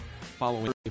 following